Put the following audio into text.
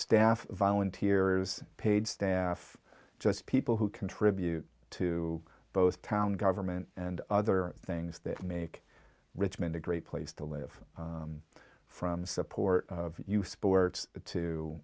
staff volunteers paid staff just people who contribute to both town government and other things that make richmond a great place to live from the support you sports